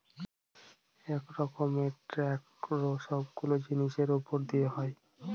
এক রকমের ট্যাক্স সবগুলো জিনিসের উপর দিতে হয়